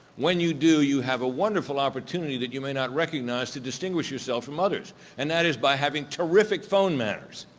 when you do, you have a wonderful opportunity that you may not recognize to distinguish yourself from others and that is by having terrific phone manners.